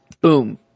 boom